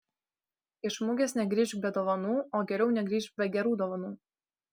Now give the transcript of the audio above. iš mugės negrįžk be dovanų o geriau negrįžk be gerų dovanų